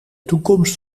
toekomst